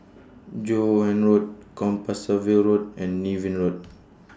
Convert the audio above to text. Joan Road Compassvale Road and Niven Road